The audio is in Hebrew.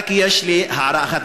רק יש לי הערה אחת.